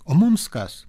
o mums kas